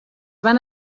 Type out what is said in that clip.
van